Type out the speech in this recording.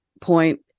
point